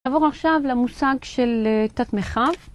נעבור עכשיו למושג של תת-מרחב...